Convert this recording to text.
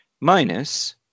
minus